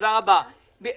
בבקשה.